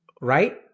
Right